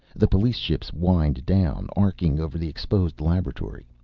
the police ships whined down, arcing over the exposed laboratory.